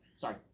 sorry